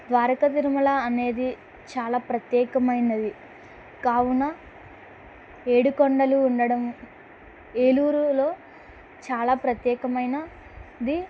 ద్వారకా తిరుమల అనేది చాలా ప్రత్యేకమైనది కావున ఏడుకొండలు ఉండడం ఏలూరులో చాలా ప్రత్యేకమైనది